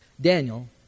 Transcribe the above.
Daniel